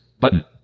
Button